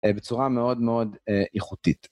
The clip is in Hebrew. בצורה מאוד מאוד איכותית.